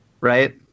Right